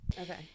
Okay